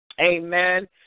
Amen